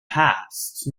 past